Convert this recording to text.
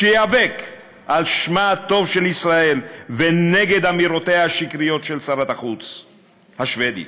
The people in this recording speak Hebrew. שייאבק על שמה הטוב של ישראל ונגד אמירותיה השקריות של שרת החוץ השבדית.